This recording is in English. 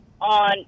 on